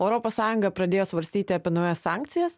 europos sąjunga pradėjo svarstyti apie naujas sankcijas